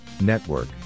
Network